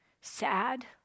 Sad